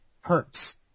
hurts